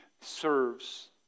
serves